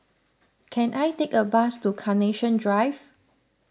can I take a bus to Carnation Drive